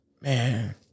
man